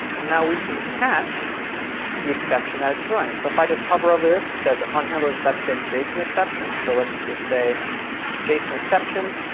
and now we can catch the exception that it's throwing. so if i just hover over this it says, unhandled exception, json exception. so let's just say json exception.